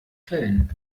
fällen